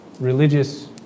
religious